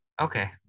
Okay